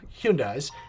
Hyundai's